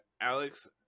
Alex